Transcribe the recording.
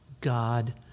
God